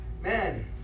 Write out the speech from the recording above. man